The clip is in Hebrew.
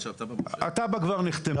התב"ע כבר נחתמה.